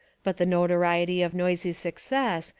but the notoriety of noisy success,